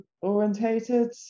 orientated